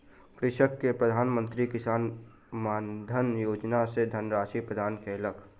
कृषक के प्रधान मंत्री किसान मानधन योजना सॅ धनराशि प्रदान कयल गेल